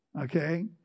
Okay